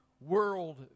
world